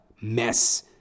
mess